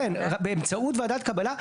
באמצעות ועדת קבלה,